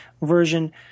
version –